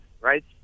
right